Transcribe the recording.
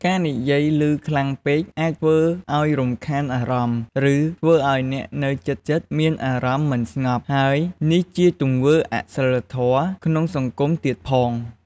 ការនិយាយឮខ្លាំងពេកអាចធ្វើឲ្យរំខានអារម្មណ៍ ឬ ធ្វើឲ្យអ្នកនៅជិតៗមានអារម្មណ៍មិនស្ងប់ ហើយនេះជាទង្វើអសីលធម៌ក្នុងសង្គមទៀតផង។